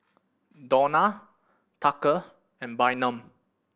Dawna Tucker and Bynum